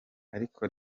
ariko